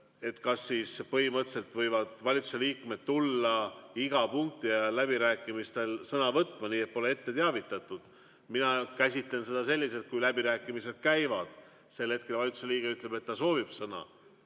kas siis põhimõtteliselt võivad valitsuse liikmed tulla iga punkti ajal läbirääkimistel sõna võtma, nii et pole ette teatatud. Mina käsitlen seda selliselt, et kui läbirääkimised käivad ja sel hetkel valitsuse liige ütleb, et ta soovib sõna,